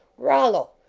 rollo!